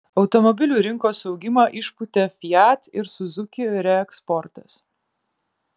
automobilių rinkos augimą išpūtė fiat ir suzuki reeksportas